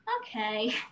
okay